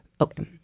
Okay